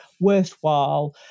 worthwhile